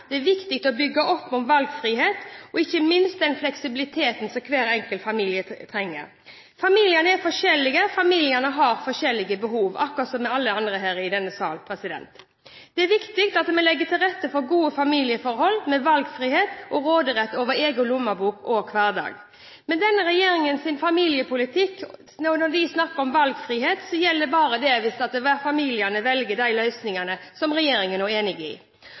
Det er viktig med gode verdier, det er viktig å bygge opp under valgfrihet og ikke minst den fleksibiliteten som hver enkelt familie trenger. Familiene er forskjellige og har forskjellige behov – akkurat som alle her i denne salen. Det er viktig at vi legger til rette for gode familieforhold med valgfrihet og råderett over egen lommebok og hverdag. Når denne regjeringen snakker om valgfrihet i familiepolitikken, gjelder den bare hvis familien velger de løsningene som regjeringen er enig i.